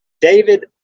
David